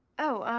oh,